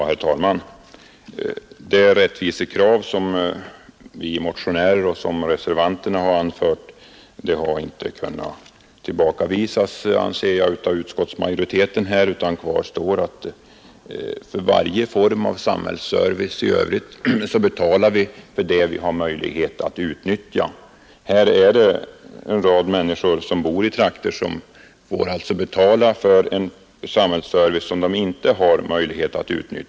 Herr talman! Det rättvisekrav som vi motionärer och reservanterna framfört, har, anser jag, inte kunnat tillbakavisas av utskottsmajoriteten, utan kvar står att vid varje form av samhällsservice i övrigt betalar vi för det vi har möjlighet att utnyttja. Här är det en rad människor i vissa trakter som får betala för en samhällsservice som de inte har möjlighet att utnyttja.